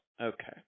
Okay